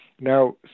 Now